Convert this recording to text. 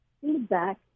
feedback